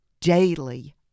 daily